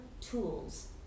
tools